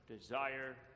desire